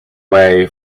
way